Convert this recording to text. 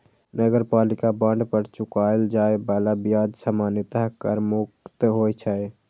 नगरपालिका बांड पर चुकाएल जाए बला ब्याज सामान्यतः कर मुक्त होइ छै